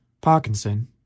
Parkinson